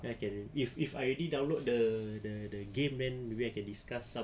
okay if if I already download the the the game then maybe I can discuss some